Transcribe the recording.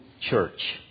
Church